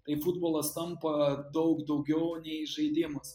tai futbolas tampa daug daugiau nei žaidimas